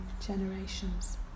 generations